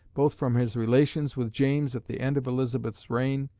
both from his relations with james at the end of elizabeth's reign,